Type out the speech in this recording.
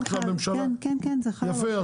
כן, זה חל על הממשלה.